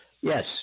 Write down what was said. Yes